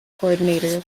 coordinator